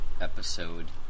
episode